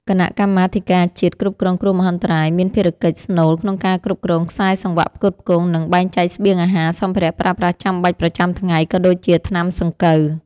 គណៈកម្មាធិការជាតិគ្រប់គ្រងគ្រោះមហន្តរាយមានភារកិច្ចស្នូលក្នុងការគ្រប់គ្រងខ្សែសង្វាក់ផ្គត់ផ្គង់ និងបែងចែកស្បៀងអាហារ សម្ភារៈប្រើប្រាស់ចាំបាច់ប្រចាំថ្ងៃ ក៏ដូចជាថ្នាំសង្កូវ។